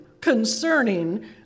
concerning